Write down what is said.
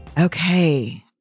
Okay